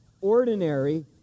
ordinary